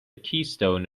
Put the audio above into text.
keystone